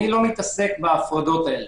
אני לא מתעסק בהפרדות האלה.